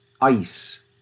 ice